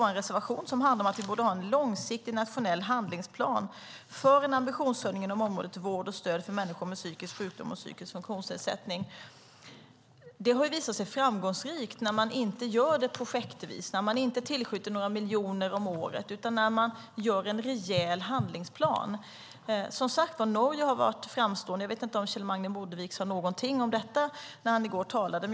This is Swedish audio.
Vår reservation handlar om att ha en långsiktig nationell handlingsplan för en ambitionshöjning inom området vård och stöd för människor med psykisk sjukdom och psykisk funktionsnedsättning. Det har visat sig framgångsrikt när dessa saker inte sker projektvis, när man inte tillskjuter några miljoner om året, utan när man gör en rejäl handlingsplan. Norge har varit framstående. Jag vet inte Kjell Magne Bondevik sade något om detta i går.